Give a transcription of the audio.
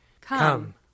Come